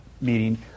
meeting